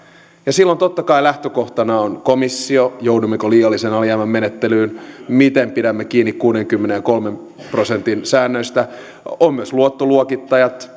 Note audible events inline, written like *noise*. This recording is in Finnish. ja silloin totta kai lähtökohtana on komissio joudummeko liiallisen alijäämän menettelyyn miten pidämme kiinni kuusikymmentä ja kolmen prosentin säännöistä on myös luottoluokittajat *unintelligible*